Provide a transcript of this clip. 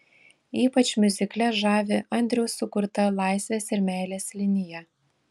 ypač miuzikle žavi andriaus sukurta laisvės ir meilės linija